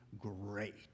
great